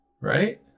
Right